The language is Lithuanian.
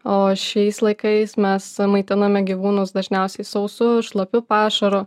o šiais laikais mes maitiname gyvūnus dažniausiai sausu šlapiu pašaru